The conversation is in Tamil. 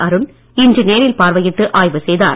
அருண் இன்று நேரில் பார்வையிட்டு ஆய்வு செய்தார்